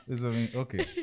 okay